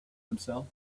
himself